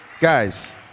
Guys